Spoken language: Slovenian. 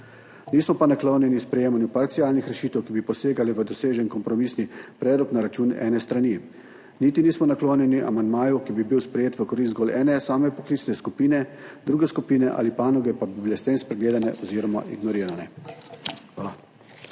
Nismo pa naklonjeni sprejemanju parcialnih rešitev, ki bi posegale v dosežen kompromisni predlog na račun ene strani. Niti nismo naklonjeni amandmaju, ki bi bil sprejet v korist zgolj ene same poklicne skupine, druge skupine ali panoge pa bi bile s tem spregledane oziroma ignorirane.